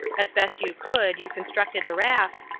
as best you could, you constructed a raft,